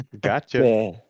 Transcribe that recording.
Gotcha